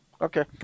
Okay